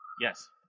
Yes